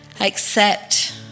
Accept